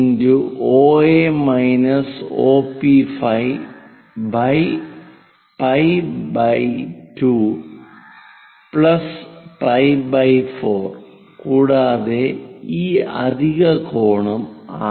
C π 2 π 4 കൂടാതെ ഈ അധിക കോണും ആകാം